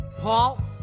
Paul